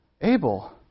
Abel